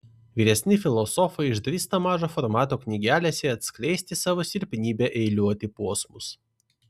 vyresni filosofai išdrįsta mažo formato knygelėse atskleisti savo silpnybę eiliuoti posmus